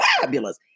fabulous